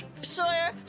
Sawyer